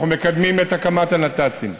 אנחנו מקדמים את הקמת הנת"צים.